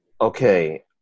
okay